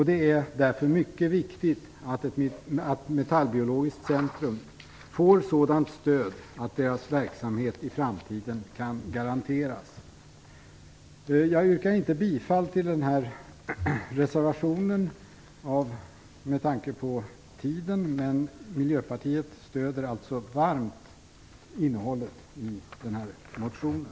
Det är därför mycket viktigt att Metallbiologiskt centrum får ett sådant stöd att dess verksamhet i framtiden kan garanteras. Med tanke på tiden yrkar jag inte bifall till reservationen. Men Miljöpartiet stöder varmt innehållet i motionen.